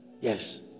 Yes